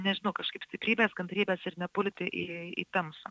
nežinau kažkaip stiprybės kantrybės ir nepulti į į tamsą